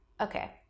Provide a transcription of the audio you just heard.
Okay